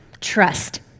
trust